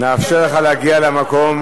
נאפשר לך להגיע למקום.